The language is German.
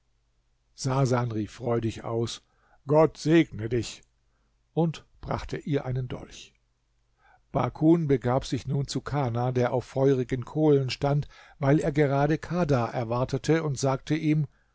sasan rief freudig aus gott segne dich und brachte ihr einen dolch bakun begab sich nun zu kana der auf feurigen kohlen stand weil er gerade kadha erwartete und sagte ihm